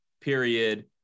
period